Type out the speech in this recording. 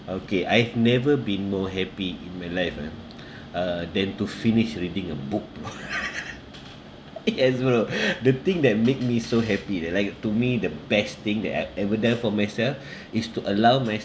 okay I've never been more happy in my life ah uh than to finish reading a book yes bro the thing that make me so happy that like uh to me the best thing that I've ever done for myself is to allow myself